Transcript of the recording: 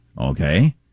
Okay